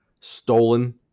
Stolen